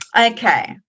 Okay